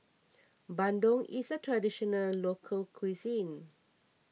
Bandung is a Traditional Local Cuisine